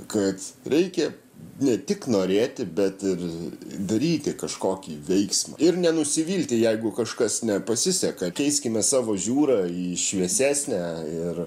kad reikia ne tik norėti bet ir daryti kažkokį veiksmą ir nenusivilti jeigu kažkas nepasiseka keiskime savo žiūrą į šviesesnę ir